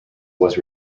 was